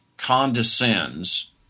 condescends